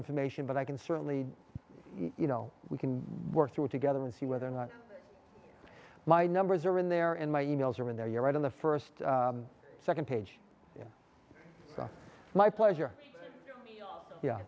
information but i can certainly you know we can work through it together and see whether or not my numbers are in there and my e mails are in there you're right on the first second page in my pleasure